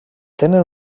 tenen